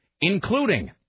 including